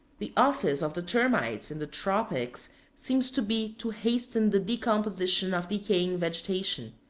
the office of the termites in the tropics seems to be to hasten the decomposition of decaying vegetation.